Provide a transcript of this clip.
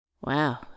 Wow